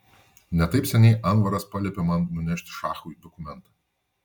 ne taip seniai anvaras paliepė man nunešti šachui dokumentą